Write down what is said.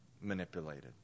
manipulated